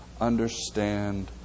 understand